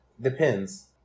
depends